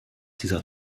dieser